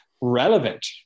Relevant